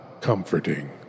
comforting